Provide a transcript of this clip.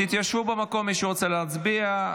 תתיישבו במקום, מי שרוצה להצביע.